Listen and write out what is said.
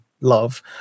love